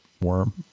worm